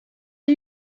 are